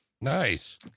Nice